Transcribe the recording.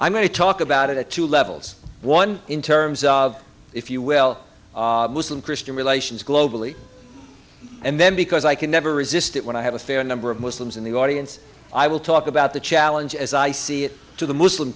going to talk about it at two levels one in terms of if you will christian relations globally and then because i can never resist it when i have a fair number of muslims in the audience i will talk about the challenge as i see it to the muslim